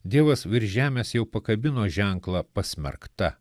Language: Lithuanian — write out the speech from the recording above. dievas virš žemės jau pakabino ženklą pasmerkta